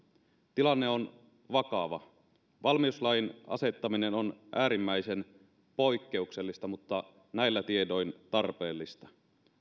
tilanne on vakava valmiuslain asettaminen on äärimmäisen poikkeuksellista mutta näillä tiedoin tarpeellista